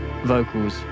vocals